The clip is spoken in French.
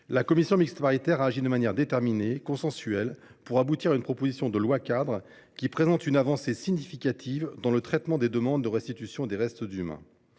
la commission mixte paritaire a agi de manière déterminée et consensuelle, pour aboutir à une proposition de loi cadre qui représente une avancée significative dans le traitement des demandes de restitution de restes humains.